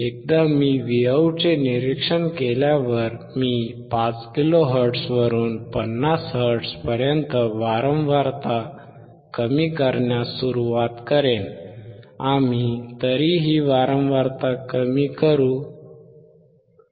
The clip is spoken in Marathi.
एकदा मी Vout चे निरीक्षण केल्यावर मी 5 किलोहर्ट्झ वरून 50 हर्ट्झ पर्यंत वारंवारता कमी करण्यास सुरवात करेन